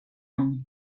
any